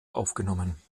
aufgenommen